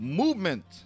movement